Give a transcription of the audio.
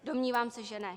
Domnívám se, že ne.